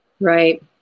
right